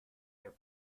their